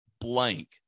blank